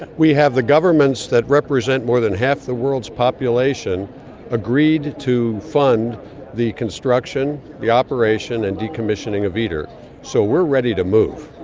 we have the governments that represent more than half the world's population agreed to fund the construction, the operation and decommissioning of iter. so we're ready to move.